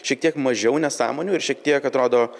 šiek tiek mažiau nesąmonių ir šiek tiek atrodo